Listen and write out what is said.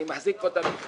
אני מחזיק פה את המכתב